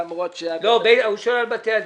למרות שאגף התקציבים --- הוא שואל על בתי הדין,